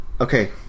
Okay